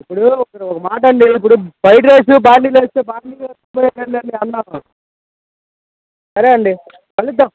ఇప్పుడు ఇప్పుడు ఒక మాటండి ఇప్పుడు ఫ్రైడ్రైసు బాండీలో వేస్తే బాండీలో అతుక్కుపోయేది ఏందండి అన్నము సరే అండి కలుద్దాం